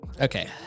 okay